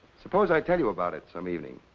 suppose i tell you about it some evening?